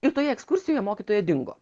ir toje ekskursijoje mokytoja dingo